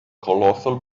colossal